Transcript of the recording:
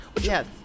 Yes